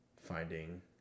finding